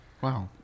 wow